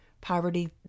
poverty